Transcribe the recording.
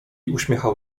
uśmiechał